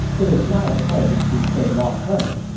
it is not a place to stay long-term,